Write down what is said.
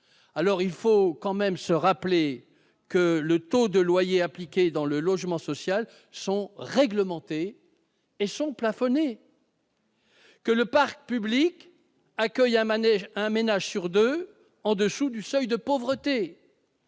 tout de même que les taux de loyers appliqués dans le logement social sont réglementés et plafonnés, que le parc public accueille un ménage sur deux en dessous du seuil de pauvreté,